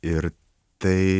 ir tai